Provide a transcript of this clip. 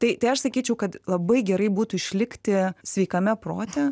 tai tai aš sakyčiau kad labai gerai būtų išlikti sveikame prote